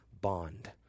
bond